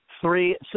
Three